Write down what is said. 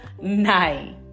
night